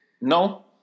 No